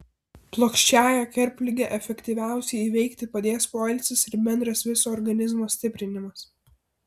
plokščiąją kerpligę efektyviausiai įveikti padės poilsis ir bendras viso organizmo stiprinimas